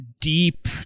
deep